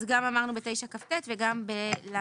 אז גם ב-9כט וגם ב-לב(ה)(1).